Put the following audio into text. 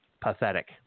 pathetic